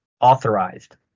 Authorized